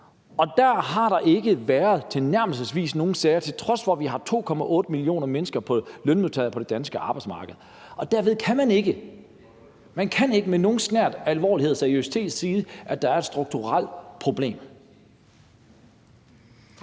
og der har der tilnærmelsesvis ikke været nogen sager, til trods for at vi har 2,8 millioner lønmodtagere på det danske arbejdsmarked. Og derved ser man, at man ikke med nogen snert af alvorlighed og seriøsitet kan sige, at der er et strukturelt problem.